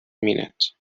minute